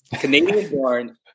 Canadian-born